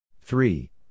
Three